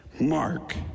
Mark